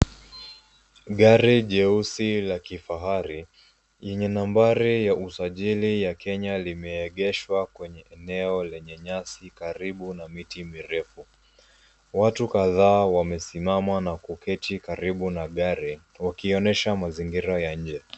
Gari jeusi la kifahari yenye nambari ya usajili la Kenya limeegeshwa kwenye eneo lenye nyasi karibu na miti mirefu. Watu kadhaa wamesimama na kuketi karibu na gari wakionyesha mazingira ya nje.